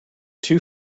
two